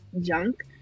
junk